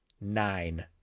Nine